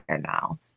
now